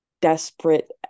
desperate